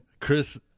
chris